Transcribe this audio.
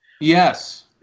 Yes